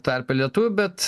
tarpe lietuvių bet